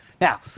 now